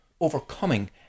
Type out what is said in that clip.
overcoming